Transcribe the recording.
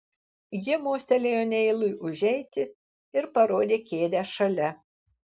ji mostelėjo neilui užeiti ir parodė kėdę šalia